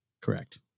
Correct